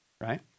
right